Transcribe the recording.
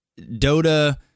Dota